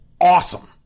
awesome